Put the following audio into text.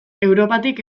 europatik